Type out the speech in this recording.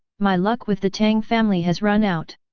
my luck with the tang family has run out.